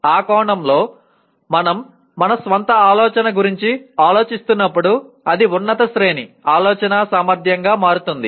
ఆ కోణంలో మనం మన స్వంత ఆలోచన గురించి ఆలోచిస్తున్నప్పుడు అది ఉన్నత శ్రేణి ఆలోచనా సామర్థ్యంగా మారుతుంది